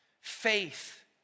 Faith